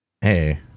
Hey